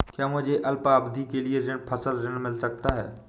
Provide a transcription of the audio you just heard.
क्या मुझे अल्पावधि के लिए फसल ऋण मिल सकता है?